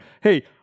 hey